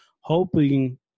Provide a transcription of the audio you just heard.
hoping